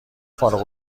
فارغ